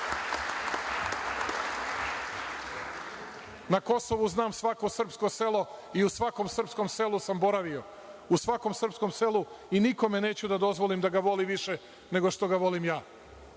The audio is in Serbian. ja. Na Kosovu znam svako srpsko selo i u svakom srpskom selu sam boravio. U svakom srpskom selu i nikome neću da dozvoli više, nego što ga volim ja.